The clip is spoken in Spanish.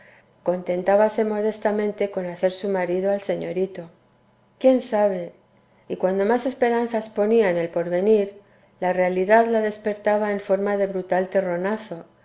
casarse contentábase modestamente con hacer su marido al señorito quién sabe y cuando más esperanzas ponía en el porvenir la realidad la despertaba en forma de brutal terronazo